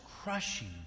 crushing